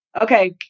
okay